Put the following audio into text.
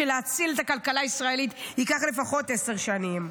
שלהציל את הכלכלה הישראלית ייקח לפחות עשר שנים.